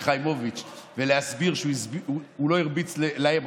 חיימוביץ' ולהסביר שהוא לא הרביץ להם,